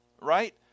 Right